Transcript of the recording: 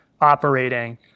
operating